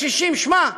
ה-60: שמע,